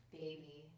baby